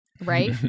Right